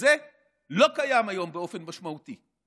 וזה לא קיים היום באופן משמעותי,